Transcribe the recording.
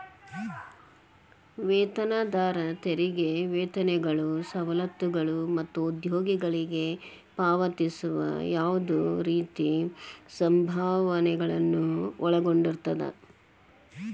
ವೇತನದಾರ ತೆರಿಗೆ ವೇತನಗಳು ಸವಲತ್ತುಗಳು ಮತ್ತ ಉದ್ಯೋಗಿಗಳಿಗೆ ಪಾವತಿಸುವ ಯಾವ್ದ್ ರೇತಿ ಸಂಭಾವನೆಗಳನ್ನ ಒಳಗೊಂಡಿರ್ತದ